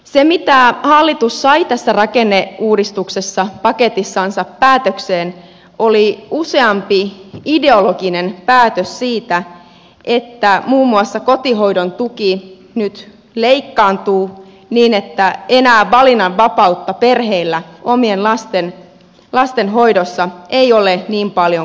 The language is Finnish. se mitä hallitus sai tässä rakenneuudistuksessa paketissansa päätökseen oli useampi ideologinen päätös siitä että muun muassa kotihoidon tuki nyt leikkaantuu niin että enää valinnanvapautta perheillä omien lasten hoidossa ei ole niin paljon kuin ennen